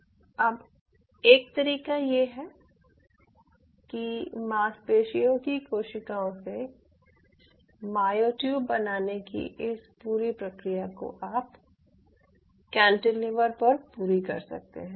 अब एक तरीका ये है कि मांसपेशियों की कोशिकाओं से मायोट्यूब बनाने की इस पूरी प्रक्रिया को आप कैंटिलीवर पर पूरी कर सकते हैं